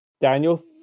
Daniel